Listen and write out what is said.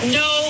no